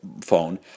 phone